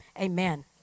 amen